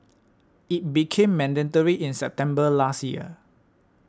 it became mandatory in September last year